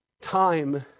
time